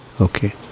Okay